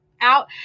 out